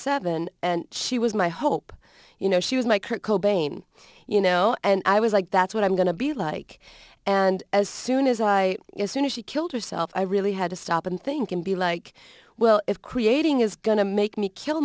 seven and she was my hope you know she was my kurt cobain you know and i was like that's what i'm going to be like and as soon as i you know sooner she killed herself i really had to stop and think and be like well if creating is going to make me kill